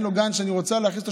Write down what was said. אין לו גן שאני רוצה להכניס אותו,